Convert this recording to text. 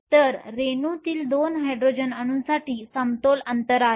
तर रेणूतील 2 हायड्रोजन अणूंसाठी समतोल अंतर आहे